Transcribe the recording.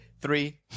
Three